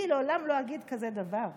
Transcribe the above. אני לעולם לא אגיד דבר כזה.